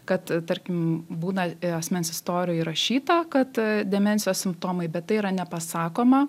kad tarkim būna asmens istorijoj įrašyta kad demencijos simptomai bet tai yra nepasakoma